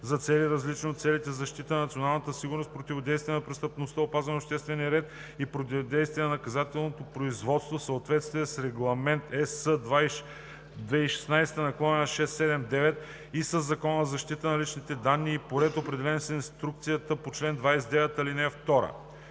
за цели, различни от целите за защита на националната сигурност, противодействие на престъпността, опазване на обществения ред и провеждане на наказателното производство, в съответствие с Регламент (ЕС) 2016/679 и със Закона за защита на личните данни и по ред, определен с инструкцията по чл. 29, ал. 2;